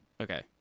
Okay